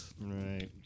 Right